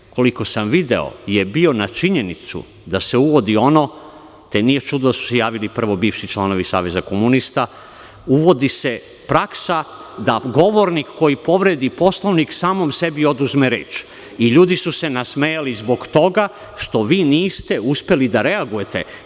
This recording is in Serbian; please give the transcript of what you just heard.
Smeh, koliko sam video, je bio na činjenicu dase uvodi, te nije čudo što su se javili prvo bivši članovi saveza komunista, praksa da govornik koji povredi Poslovnik samom sebi oduzme reč i ljudi su se nasmejali zbog toga što vi niste uspeli da reagujete.